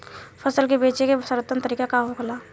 फसल के बेचे के सर्वोत्तम तरीका का होला?